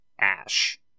ash